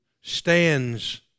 stands